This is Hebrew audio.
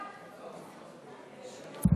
ההצעה